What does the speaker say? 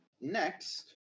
Next